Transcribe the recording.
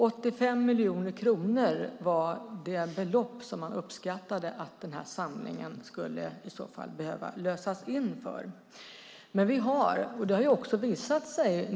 85 miljoner kronor var det belopp som man uppskattade att samlingen skulle behöva lösas in med.